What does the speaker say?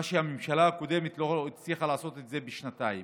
את מה שהממשלה הקודמת לא הצליחה לעשות בשנתיים,